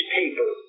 paper